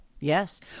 Yes